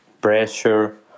pressure